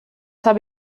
habe